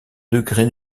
degrés